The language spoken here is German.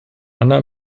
anna